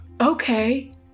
Okay